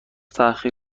تاخیر